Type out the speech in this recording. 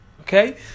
Okay